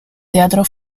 teatro